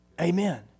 Amen